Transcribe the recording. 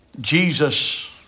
Jesus